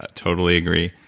ah totally agree.